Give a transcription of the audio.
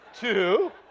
two